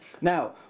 Now